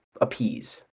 appease